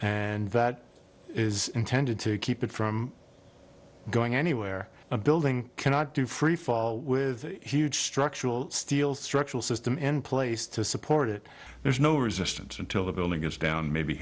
and that is intended to keep it from going anywhere a building cannot do freefall with huge structural steel structural system in place to support it there's no resistance until the building goes down maybe